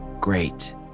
Great